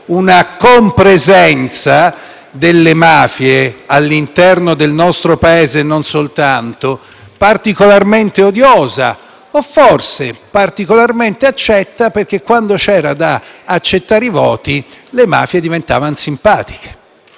una compresenza delle mafie all'interno del nostro Paese - e non soltanto - particolarmente odiosa, o forse particolarmente accetta perché quando c'era da accettare i voti le mafie diventavano simpatiche.